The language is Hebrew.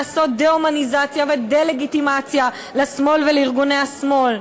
לעשות דה-הומניזציה ודה-לגיטימציה לשמאל ולארגוני השמאל.